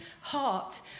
heart